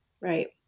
Right